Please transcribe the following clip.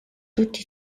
tutti